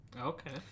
Okay